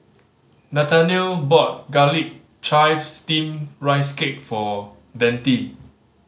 Nathaniel bought Garlic Chives Steamed Rice Cake for Deante